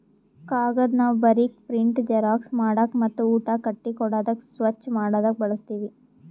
ಕಾಗದ್ ನಾವ್ ಬರೀಕ್, ಪ್ರಿಂಟ್, ಜೆರಾಕ್ಸ್ ಮಾಡಕ್ ಮತ್ತ್ ಊಟ ಕಟ್ಟಿ ಕೊಡಾದಕ್ ಸ್ವಚ್ಚ್ ಮಾಡದಕ್ ಬಳಸ್ತೀವಿ